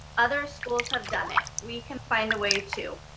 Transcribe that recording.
other schools have done it. we can find a way too.